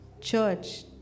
church